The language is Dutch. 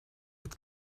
het